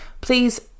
please